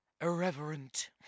irreverent